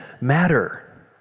matter